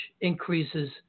increases